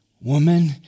woman